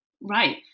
Right